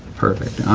perfect!